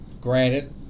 granted